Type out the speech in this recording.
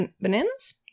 bananas